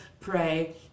pray